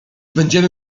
będziemy